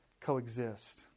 coexist